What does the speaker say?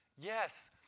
Yes